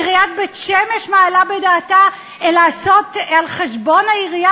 עיריית בית-שמש מעלה בדעתה לעשות על חשבון העירייה,